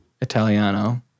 Italiano